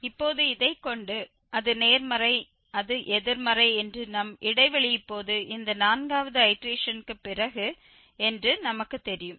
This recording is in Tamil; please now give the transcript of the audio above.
இப்போது இதை கொண்டு அது நேர்மறை அது எதிர்மறை என்று நம் இடைவெளி இப்போது இந்த நான்காவது ஐடேரேஷன்க்கு பிறகு என்று நமக்கு தெரியும்